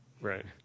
Right